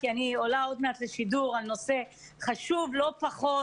כי אני עולה עוד מעט לשידור על נושא חשוב לא פחות,